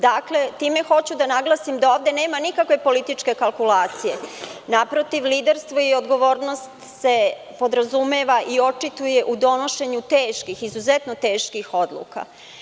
Dakle, time hoću da naglasim da ovde nema nikakve političke kalkulacije, naprotiv, liderstvo i odgovornost se podrazumeva i očituje u donošenju teških, izuzetno teških odluka.